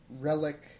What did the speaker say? Relic